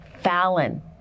Fallon